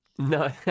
No